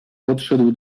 podszedł